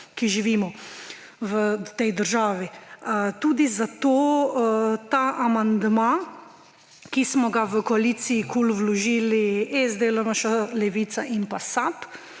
ki živimo v tej državi. Tudi zato ta amandma, ki smo ga v koaliciji KUL vložili SD, LMŠ, Levica in SAB,